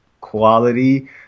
quality